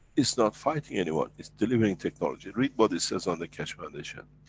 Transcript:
it's not fighting anyone it's delivering technology. read what it says on the keshe foundation.